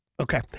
Okay